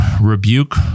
rebuke